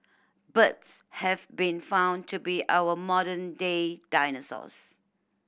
birds have been found to be our modern day dinosaurs